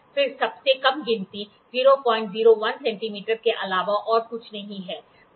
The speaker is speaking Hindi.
फिर सबसे कम गिनती 001 सेंटीमीटर के अलावा और कुछ नहीं है